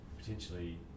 Potentially